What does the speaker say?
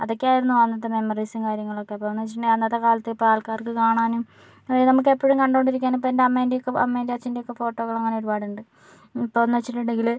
അതൊക്കെയായിരുന്നു അന്നത്തെ മെമ്മറീസ് കാര്യങ്ങളൊക്കെ അപ്പോഴെന്ന് വച്ചിട്ടുണ്ടെങ്കിൽ അന്നത്തെ കാലത്ത് ഇപ്പോൾ ആൾക്കാർക്ക് കാണാനും അതായത് നമുക്ക് എപ്പോഴും കണ്ടുകൊണ്ടിരിക്കാനും ഇപ്പോൾ എൻ്റെ അമ്മേൻ്റെ ഒക്കെ അമ്മേന്റേയും അച്ഛൻ്റെയൊക്കെ ഫോട്ടോകൾ അങ്ങനെ ഒരുപാടുണ്ട് ഇപ്പോഴെന്ന് വച്ചിട്ടുണ്ടെങ്കിൽ